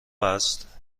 است